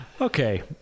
Okay